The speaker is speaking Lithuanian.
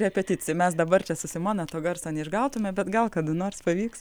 repeticijų mes dabar čia su simona to garso neišgautume bet gal kada nors pavyks